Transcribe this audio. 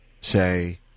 say